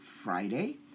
Friday